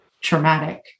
traumatic